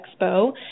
expo